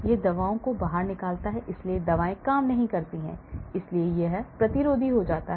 यह दवाओं को बाहर निकालता है इसलिए दवाएं काम नहीं करती हैं इसलिए यह प्रतिरोधी हो जाता है